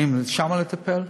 האם שם לטפל?